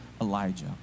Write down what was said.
Elijah